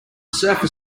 surfer